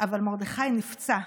אבל מרדכי נפצע.